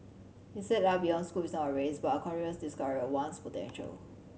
he said life beyond school is not a race but a continuous discovery of one's potential